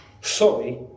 sorry